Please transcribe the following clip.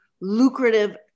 lucrative